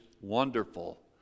Wonderful